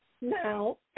now